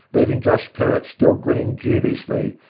leaving josh perrott still grinning dubiously,